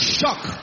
shock